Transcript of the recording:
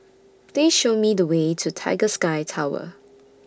Please Show Me The Way to Tiger Sky Tower